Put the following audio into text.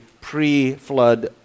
pre-flood